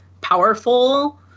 powerful